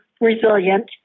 resilient